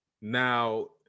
now